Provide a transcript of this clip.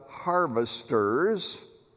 harvesters